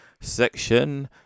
section